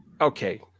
Okay